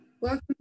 Welcome